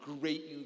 great